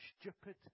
stupid